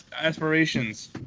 aspirations